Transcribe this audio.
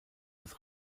das